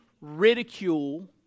ridicule